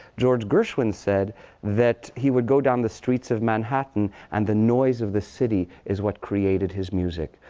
george gershwin said that he would go down the streets of manhattan and the noise of the city is what created his music.